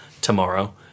tomorrow